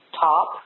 top